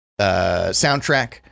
soundtrack